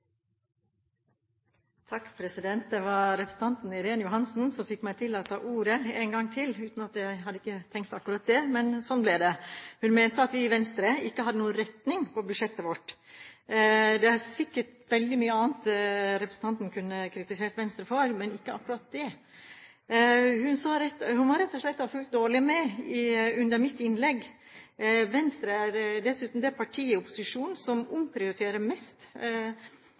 Irene Johansen som fikk meg til å ta ordet en gang til. Jeg hadde ikke tenkt akkurat det, men sånn ble det. Hun mente at vi i Venstre ikke hadde noen retning på budsjettet vårt. Det er sikkert veldig mye annet representanten Johansen kunne kritisert Venstre for, men ikke akkurat det. Hun må rett og slett ha fulgt dårlig med under mitt innlegg. Venstre er dessuten det partiet i opposisjonen som omprioriterer